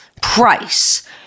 price